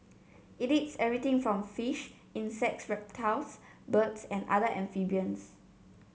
it eats everything from fish insects reptiles birds and other amphibians